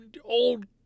old